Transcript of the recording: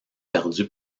perdu